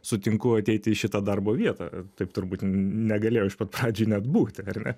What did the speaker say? sutinku ateiti į šitą darbo vietą taip turbūt negalėjo iš pat pradžių net būti ar ne